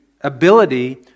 ability